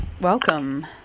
Welcome